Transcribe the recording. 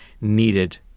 needed